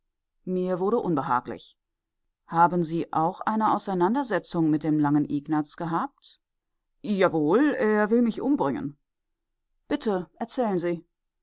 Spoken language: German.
mir wurde unbehaglich haben sie auch eine auseinandersetzung mit dem langen ignaz gehabt jawohl er will mich umbringen bitte erzählen sie